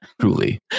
truly